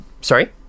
sorry